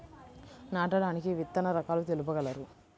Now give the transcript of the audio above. నాటడానికి విత్తన రకాలు తెలుపగలరు?